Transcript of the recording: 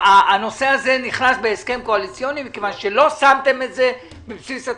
הנושא הזה נכנס בהסכם קואליציוני מכיוון שלא שמתם את זה בבסיס התקציב.